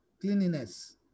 cleanliness